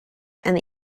and